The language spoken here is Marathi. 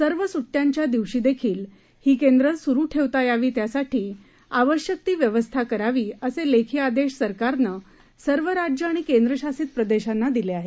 सर्व सुड्यांच्या दिवशीदेखील ही केंद्र सुरु ठेवता यावीत यासाठी आवश्यक ती व्यवस्था करावी असे लेखी आदेश सरकारनं सर्व राज्यं आणि केंद्रशासित प्रदेशांना दिले आहेत